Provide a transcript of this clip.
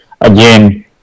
again